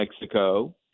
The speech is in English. Mexico